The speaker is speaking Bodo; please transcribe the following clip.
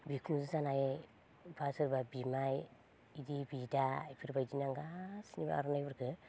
बिखुनजो जानाय बा सोरबा बिमाय इदि बिदा एफोरबायदिनो आं आर'नाय फोरखो